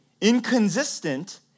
inconsistent